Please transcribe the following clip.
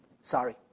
Sorry